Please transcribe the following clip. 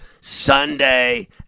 Sunday